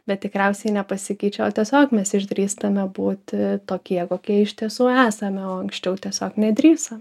bet tikriausiai nepasikeičia o tiesiog mes išdrįstame būti tokie kokie iš tiesų esame o anksčiau tiesiog nedrįsom